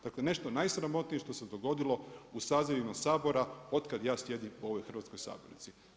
Dakle, nešto najsramotnije što se dogodilo u sazivima Sabora od kada ja sjedim u ovom hrvatskoj sabornici.